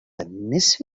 النصف